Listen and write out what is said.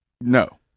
No